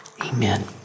Amen